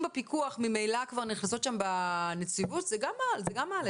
בפיקוח ממילא כבר נכנסות שם בנציבות - זה גם מעלה שאלות.